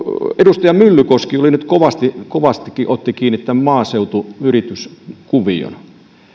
edustaja myllykoski nyt kovastikin otti kiinni tähän maaseutuyrityskuvioon